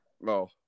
No